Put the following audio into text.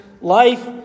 Life